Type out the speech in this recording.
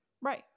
Right